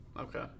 Okay